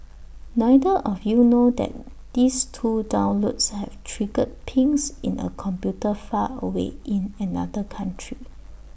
neither of you know that these two downloads have triggered pings in A computer far away in another country